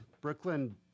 Brooklyn